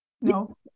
No